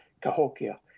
Cahokia